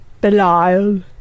Belial